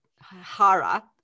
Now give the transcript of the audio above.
hara